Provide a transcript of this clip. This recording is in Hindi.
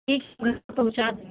ठीक है घर पर पहुँचा देंगे